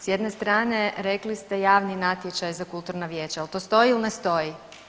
S jedne strane rekli ste javni natječaj za kulturna vijeća, jel to stoji ili ne stoji?